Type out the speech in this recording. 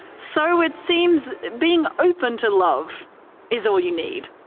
so it seems being open to love is all you need.